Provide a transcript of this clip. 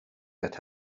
that